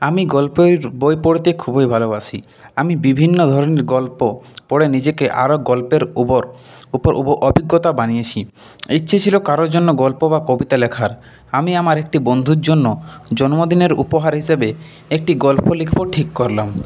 আমি গল্পের বই পড়তে খুবই ভালোবাসি আমি বিভিন্ন ধরনের গল্প পড়ে নিজেকে আরও গল্পের উপর উপর অভিজ্ঞতা বানিয়েছি ইচ্ছে ছিল কারও জন্য গল্প বা কবিতা লেখার আমি আমার একটি বন্ধুর জন্য জন্মদিনের উপহার হিসেবে একটি গল্প লিখব ঠিক করলাম